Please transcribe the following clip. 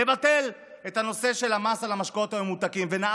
אומר לכולם: לומדים תנ"ך וימשיכו ללמוד תנ"ך, וגם